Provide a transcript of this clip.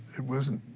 it wasn't,